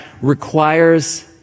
requires